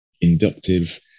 inductive